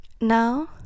now